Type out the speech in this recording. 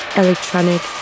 electronic